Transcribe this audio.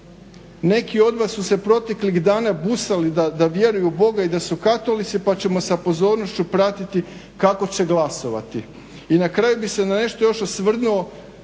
Neki od vas su se proteklih dana busali da vjeruju u Boga i da su katolici pa ćemo sa pozornošću pratiti kako će glasovati. I na kraju bih se na nešto još osvrnuo,